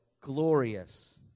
glorious